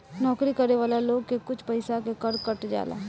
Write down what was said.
नौकरी करे वाला लोग के कुछ पइसा के कर कट जाला